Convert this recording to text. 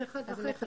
הוועדה